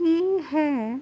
کی ہے